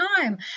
time